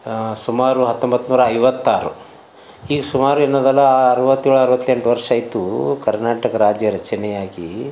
ಸುಮಾರು ಹತ್ತೊಂಬತ್ನೂರ ಐವತ್ತಾರು ಈ ಸುಮಾರು ಎನ್ನೊದಲ್ಲ ಅರವತ್ತೇಳು ಅರವತ್ತೆಂಟು ವರ್ಷ ಇತ್ತು ಕರ್ನಾಟಕ ರಾಜ್ಯ ರಚನೆಯಾಗಿ